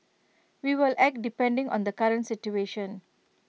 we will act depending on the current situation